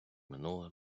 минуле